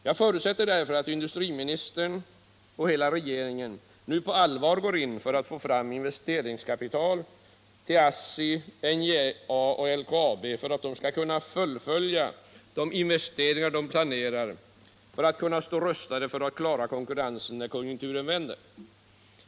Jag förutsätter därför att industriministern och hela regeringen nu på allvar går in för att skaffa fram investeririgskapital till ASSI, NJA och LKAB, för att företagen skall kunna fullfölja de investeringar de planerar så att de kan stå rustade för att klara konkurrensen när konjunkturen vänder.